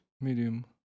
medium